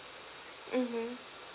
mmhmm